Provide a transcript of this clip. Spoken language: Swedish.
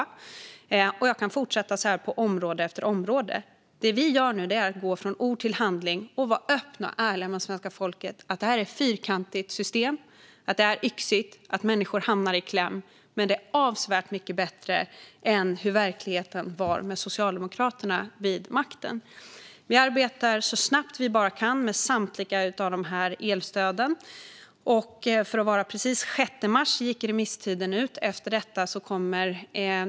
Jag kan fortsätta så här på område efter område. Det vi nu gör är att gå från ord till handling. Vi är också öppna och ärliga mot svenska folket med att detta är ett fyrkantigt system, att det är yxigt och att människor hamnar i kläm, men att det är avsevärt mycket bättre än hur verkligheten var med Socialdemokraterna vid makten. Vi arbetar så snabbt vi bara kan med samtliga elstöd. För att vara precis: Den 6 mars gick remisstiden ut.